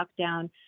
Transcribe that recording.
lockdown